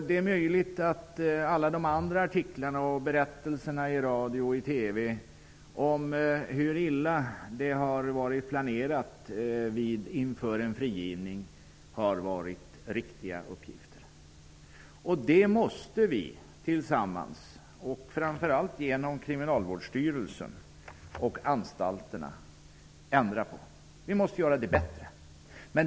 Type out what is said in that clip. Det är möjligt att alla de andra artiklarna och berättelserna i radio och i TV, om hur illa det har varit planerat inför en frigivning, har varit riktiga. Det måste vi tillsammans, genom Kriminalvårdsstyrelsen och anstalterna, ändra på. Vi måste göra det bättre.